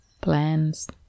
plans